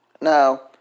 Now